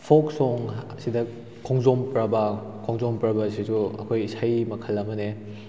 ꯐꯣꯛ ꯁꯣꯡ ꯁꯤꯗ ꯈꯣꯡꯖꯣꯝ ꯄ꯭ꯔꯕ ꯈꯣꯡꯖꯣꯝ ꯄ꯭ꯔꯕꯁꯤꯁꯨ ꯑꯩꯈꯣꯏ ꯏꯁꯩ ꯃꯈꯜ ꯑꯃꯅꯦ